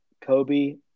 Kobe